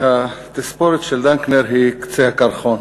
התספורת של דנקנר היא קצה הקרחון.